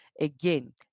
again